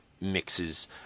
mixes